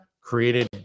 created